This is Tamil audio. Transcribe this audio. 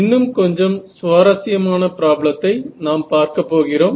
இன்னும் கொஞ்சம் சுவாரசியமான ப்ராப்ளத்தை நாம் பார்க்கப் போகிறோம்